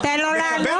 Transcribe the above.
אבל תן לו לענות.